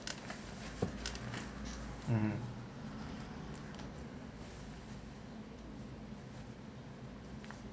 mmhmm